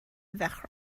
ddechrau